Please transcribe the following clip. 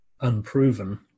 unproven